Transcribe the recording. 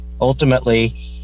ultimately